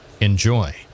Enjoy